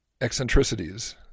eccentricities